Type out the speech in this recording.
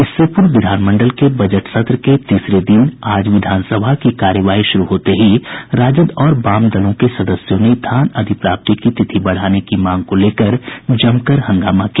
इससे पूर्व विधानमंडल के बजट सत्र के तीसरे दिन आज कार्यवाही शुरू होते ही राजद और वामदलों के सदस्यों ने धान अधिप्राप्ति की तिथि बढ़ाने की मांग को लेकर जमकर हंगामा किया